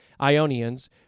Ionians